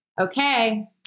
Okay